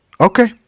Okay